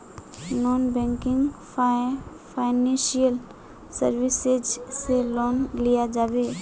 Non banking financial services से loan लिया जाबे?